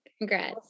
congrats